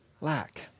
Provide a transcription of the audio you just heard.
lack